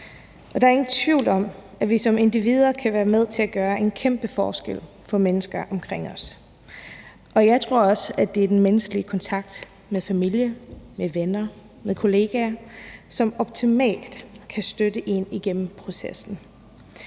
Der er ingen tvivl om, at vi som individer kan være med til at gøre en kæmpe forskel for mennesker omkring os, og jeg tror også, det er den menneskelige kontakt med familie, med venner og med kollegaer, som optimalt kan støtte en igennem processen.